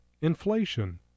inflation